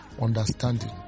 understanding